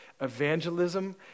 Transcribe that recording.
evangelism